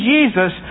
Jesus